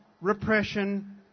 repression